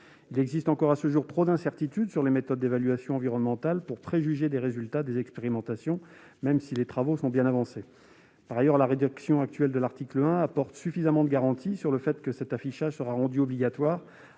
Il existe encore, à ce jour, trop d'incertitudes sur les méthodes d'évaluation environnementale pour préjuger les résultats des expérimentations, même si les travaux ont bien avancé. Par ailleurs, la rédaction actuelle de l'article 1 apporte déjà suffisamment de garanties sur le fait que l'affichage sera rendu obligatoire